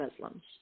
Muslims